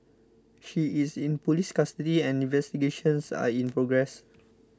she is in police custody and investigations are in progress